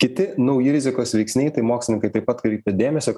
kiti nauji rizikos veiksniai tai mokslininkai taip pat atkreipė dėmesį